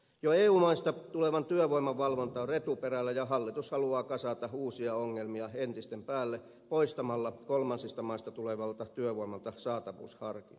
jo eu maista tulevan työvoiman valvonta on retuperällä ja hallitus haluaa kasata uusia ongelmia entisten päälle poistamalla kolmansista maista tulevalta työvoimalta saatavuusharkinnan